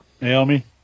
Naomi